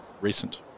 recent